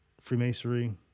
Freemasonry